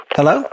Hello